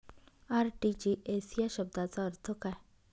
RTGS या शब्दाचा अर्थ काय?